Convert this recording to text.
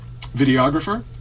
videographer